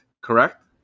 Correct